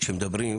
מדברים